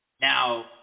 Now